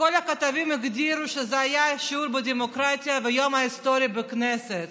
כל הכתבים הגדירו שזה היה שיעור בדמוקרטיה והיום ההיסטורי בכנסת.